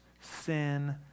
sin